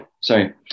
Sorry